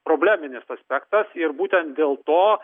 probleminis aspektas ir būtent dėl to